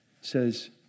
says